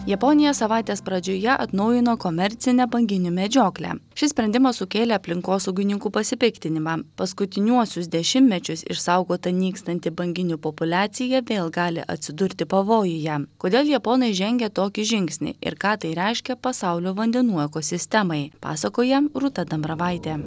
japonija savaitės pradžioje atnaujino komercinę banginių medžioklę šis sprendimas sukėlė aplinkosaugininkų pasipiktinimą paskutiniuosius dešimtmečius išsaugota nykstanti banginių populiacija vėl gali atsidurti pavojuje kodėl japonai žengia tokį žingsnį ir ką tai reiškia pasaulio vandenų ekosistemai pasakoja rūta dambravaitė